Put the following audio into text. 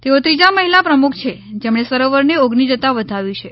તેઓ ત્રીજા મહિલા પ્રમુખ છે જેમણે સરોવર ઓગની જતાં વધાવ્યું છે